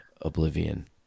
oblivion